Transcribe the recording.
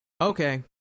Okay